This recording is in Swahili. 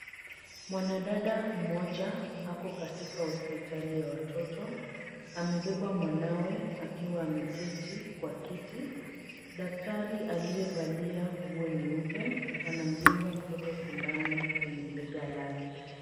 Mwanadada mmoja ako katika hospitali ya watoto. Amebeba mwanawe akiwa ameketi kwa kiti. Daktari aliyevalia nguo nyeupe anamdunga mtoto sindano kwenye bega lake.